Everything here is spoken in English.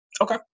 Okay